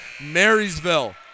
Marysville